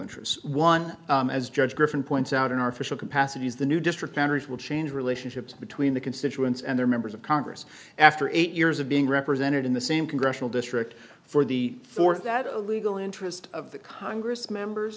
interests one as judge griffin points out in our official capacities the new district boundaries will change relationships between the constituents and their members of congress after eight years of being represented in the same congressional district for the fourth that a legal interest of the congress members